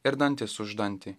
ir dantis už dantį